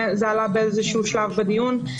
שזה עלה באיזה שלב בדיון,